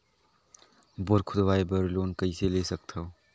Bore खोदवाय बर loan कइसे ले सकथव?